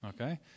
Okay